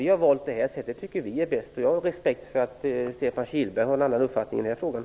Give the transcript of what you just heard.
Vi har valt det här sättet. Det tycker vi är bäst. Jag har respekt för att Stefan Kihlberg har en annan uppfattning i den här frågan.